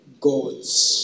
God's